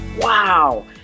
wow